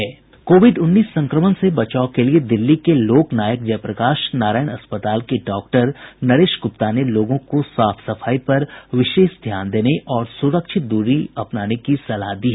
Covid उन्नीस संक्रमण से बचाव के लिए दिल्ली के लोकनायक जयप्रकाश अस्पताल के डाक्टर नरेश गुप्ता ने लोगों को साफ सफाई पर विशेष ध्यान देने और सुरक्षित दूरी अपनाने की सलाह दी है